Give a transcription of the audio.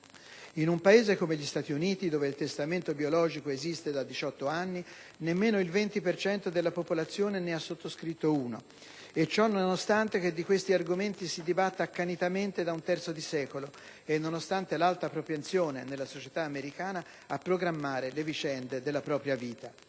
In un Paese come gli Stati Uniti, dove il testamento biologico esiste da diciotto anni, nemmeno il 20 per cento della popolazione ne ha sottoscritto uno; e ciò nonostante che di questi argomenti si dibatta accanitamente da un terzo di secolo e nonostante l'alta propensione, nella società americana, a programmare le vicende della propria vita.